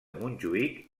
montjuïc